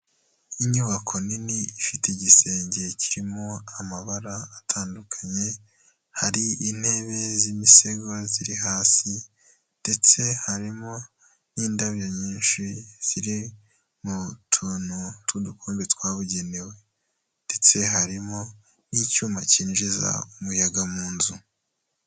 Inyubako nini ifite igisenge kirimo amabara atandukanye, hari intebe z'imisego ziri hasi ndetse harimo n'indabyo nyinshi ziri mu tuntu tw'udukombe twabugenewe ndetse harimo n'icyuma cyinjiza umuyaga mu nzu.